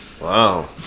wow